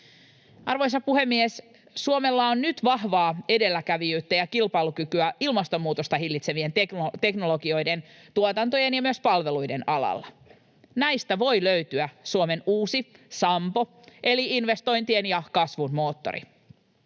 Arvoisa puhemies! Suomella on nyt vahvaa edelläkävijyyttä ja kilpailukykyä ilmastonmuutosta hillitsevien teknologioiden, tuotantojen ja myös palveluiden alalla. Näistä voi löytyä Suomen uusi Sampo eli investointien ja kasvun moottori.